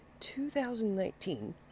2019